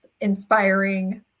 inspiring